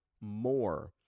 more